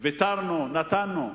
ויתרנו, נתנו.